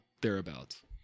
thereabouts